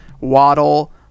Waddle